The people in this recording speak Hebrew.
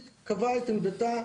שהיזם לא עומד במדיניות המשרד לפסולת.